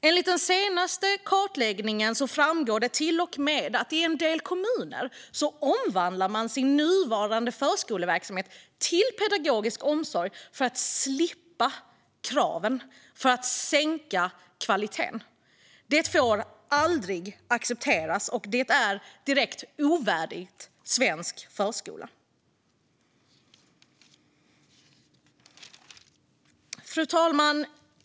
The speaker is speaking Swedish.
Enligt den senaste kartläggningen framgår det till och med att man i en del kommuner omvandlar sin nuvarande förskoleverksamhet till pedagogisk omsorg för att slippa kraven och sänka kvaliteten. Det är direkt ovärdigt svensk förskola och får aldrig accepteras. Fru talman!